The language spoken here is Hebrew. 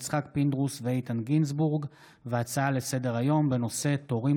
יצחק פינדרוס ואיתן גינזבורג בנושא: היעדר תורים